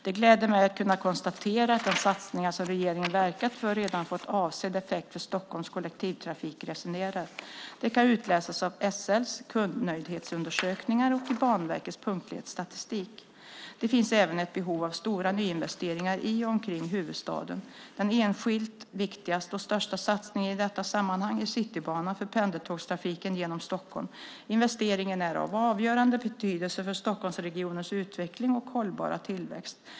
Det gläder mig att kunna konstatera att de satsningar som regeringen verkat för redan har fått avsedd effekt för Stockholms kollektivtrafikresenärer. Det kan utläsas av SL:s kundnöjdhetsundersökningar och i Banverkets punktlighetsstatistik. Det finns även ett behov av stora nyinvesteringar i och omkring huvudstaden. Den enskilt viktigaste och största satsningen i detta sammanhang är Citybanan för pendeltågstrafiken genom Stockholm. Investeringen är av avgörande betydelse för Stockholmsregionens utveckling och hållbara tillväxt.